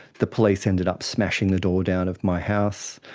the police ended up smashing the door down of my house,